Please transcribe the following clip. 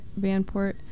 Vanport